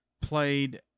played